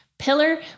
pillar